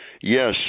yes